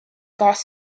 gas